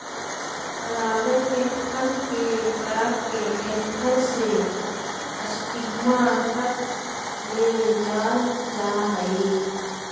परागण में फल के पराग के एंथर से स्टिग्मा तक ले जाल जाहई